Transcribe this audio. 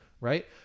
Right